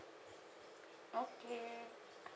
okay